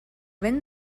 ben